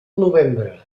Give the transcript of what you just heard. novembre